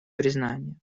признание